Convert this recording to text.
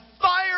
fire